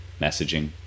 messaging